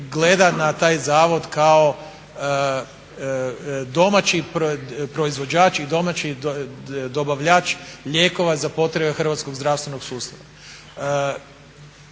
gleda na taj zavod kao domaći proizvođač i domaći dobavljač lijekova za potrebe hrvatskog zdravstvenog sustava.